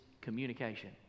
communication